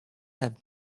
have